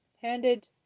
handed